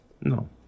no